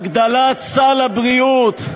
הגדלת סל הבריאות,